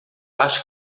acho